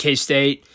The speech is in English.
K-State